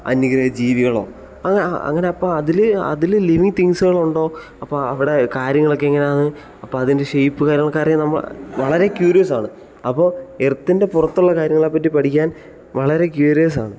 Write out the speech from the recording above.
അന്യഗ്രഹ ജീവികളോ അങ്ങനെ അപ്പോൾ അതിൽ അതിൽ ലിവിങ് തിങ്ങ്സുകൾ ഉണ്ടോ അപ്പോൾ അവിടെ കാര്യങ്ങളൊക്കെ എങ്ങനെയാണ് അപ്പോൾ അതിൻ്റെ ഷേപ്പ് കാര്യങ്ങളൊക്കെ അറിയാൻ നമ്മൾ വളരെ ക്യൂരിയസാണ് അപ്പോൾ എർത്തിൻ്റെ പുറത്തുള്ള കാര്യങ്ങളെ പറ്റി പഠിക്കാൻ വളരെ ക്യൂരിയസ്സാണ്